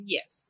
Yes